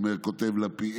כותב לפיד,